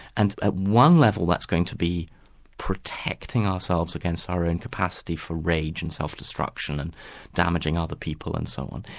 and at one level that's going to be protecting ourselves against our own capacity for rage and self-destruction and damaging other people and so on,